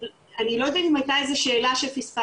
אני לא יודעת אם הייתה איזה שהיא שאלה שפספסתי,